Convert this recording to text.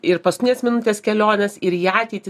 ir paskutinės minutės keliones ir į ateitį nes tai